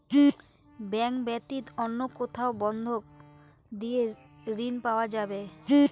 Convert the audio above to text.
Bank ব্যাতীত অন্য কোথায় বন্ধক দিয়ে ঋন পাওয়া যাবে?